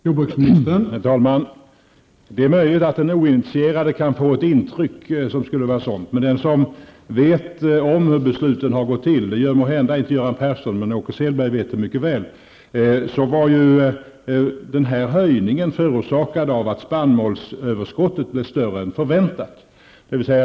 Herr talman! Det är möjligt att den oinitierade kan få ett sådant intryck. Men den som vet hur besluten har gått till -- det gör måhända inte Göran Persson, men Åke Selberg vet det mycket väl -- är medveten om att den här höjningen är förorsakad av att spannmålsöverskottet blev större än förväntat.